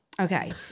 Okay